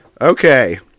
Okay